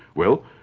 well,